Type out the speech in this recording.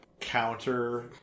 counter